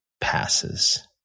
passes